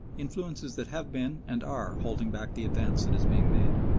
influences that have been and are holding back the advance that is being made.